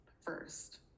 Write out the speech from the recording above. first